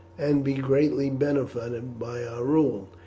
and be greatly benefited by our rule.